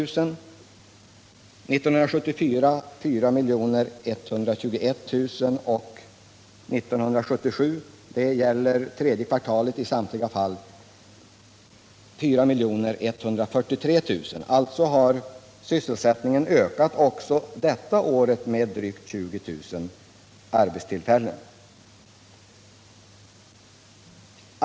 Siffran för 1976 är 4 121 000 och för 1977 — det gäller tredje kvartalet i samtliga fall — 4 143 000. Alltså har sysselsättningen ökat också detta år med drygt 20 000 arbetstillfällen.